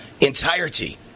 entirety